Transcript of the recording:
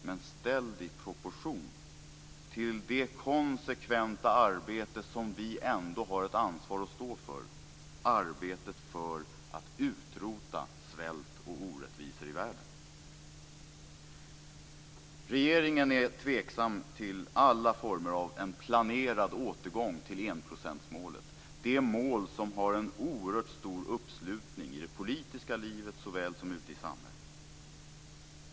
Men ställ det i proportion till det konsekventa arbete som vi ändå har ett ansvar att stå för: arbetet med att utrota svält och orättvisor i världen! Regeringen är tveksam till alla former av planerad återgång till enprocentsmålet, det mål som har en oerhört stor uppslutning i det politiska livet såväl som ute i samhället.